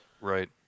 Right